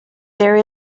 there